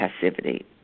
passivity